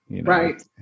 Right